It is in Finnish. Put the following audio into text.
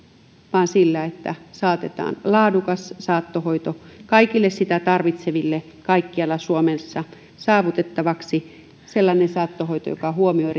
vaan sillä että saatetaan laadukas saattohoito kaikille sitä tarvitseville kaikkialla suomessa saavutettavaksi sellainen saattohoito joka huomioi